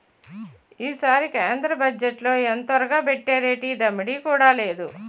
ఈసారి కేంద్ర బజ్జెట్లో ఎంతొరగబెట్టేరేటి దమ్మిడీ కూడా లేదు